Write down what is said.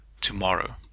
tomorrow